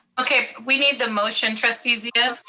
okay, we need the motion trustee zia.